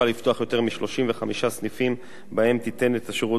יותר מ-35 סניפים שבהם תיתן את השירות בעצמה.